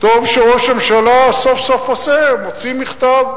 טוב שראש הממשלה סוף-סוף עושה, מוציא מכתב.